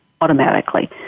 automatically